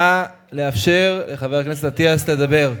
נא לאפשר לחבר הכנסת אטיאס לדבר.